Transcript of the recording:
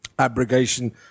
abrogation